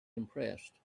impressed